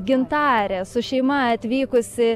gintarė su šeima atvykusi